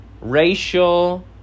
racial